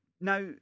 Now